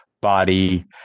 body